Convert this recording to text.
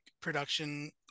production